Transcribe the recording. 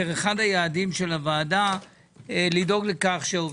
אני רוצה לדעת את הכללים כדי למנוע פגיעה